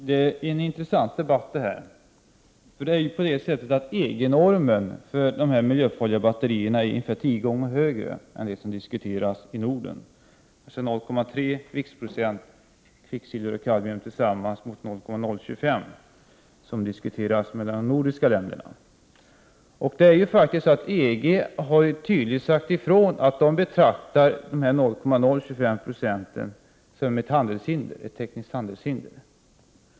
Herr talman! Detta är en intressant debatt. EG-normen för miljöfarliga batterier är ungefär tio gånger högre än den norm som diskuteras i Norden. I EG talar man om 0,3 viktprocent kvicksilver och kadmium mot 0,025 viktprocent, som är den gräns som diskuteras i de nordiska länderna. EG-länderna har tydligt sagt ifrån att de betraktar normen 0,025 viktprocent som ett tekniskt handelshinder.